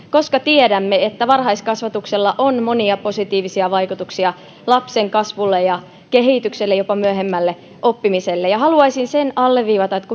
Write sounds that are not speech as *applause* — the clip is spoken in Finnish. *unintelligible* koska tiedämme että varhaiskasvatuksella on monia positiivisia vaikutuksia lapsen kasvulle ja kehitykselle jopa myöhemmälle oppimiselle haluaisin sen alleviivata että *unintelligible*